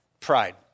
pride